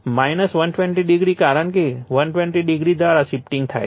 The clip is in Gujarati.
120o કારણ કે 120o દ્વારા શિફ્ટીંગ થાય છે